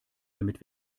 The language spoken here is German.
damit